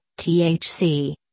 THC